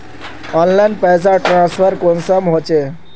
Online पैसा transfer कुंसम होचे?